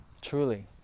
Truly